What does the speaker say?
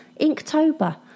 Inktober